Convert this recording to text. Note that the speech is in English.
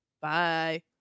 Bye